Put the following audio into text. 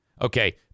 okay